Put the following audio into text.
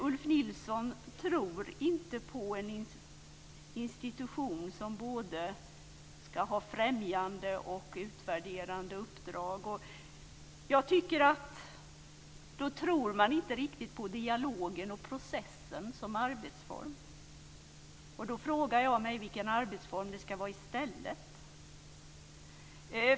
Ulf Nilsson tror inte på en institution som både ska ha främjande och utvärderande uppdrag. Då tror man inte riktigt på dialogen och processen som arbetsform. Jag frågar mig då vilken arbetsform det ska vara i stället.